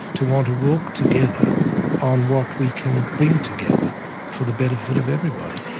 to want to work together on what we can bring together for the benefit of everybody.